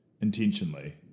intentionally